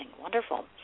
Wonderful